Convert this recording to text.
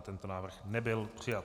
Tento návrh nebyl přijat.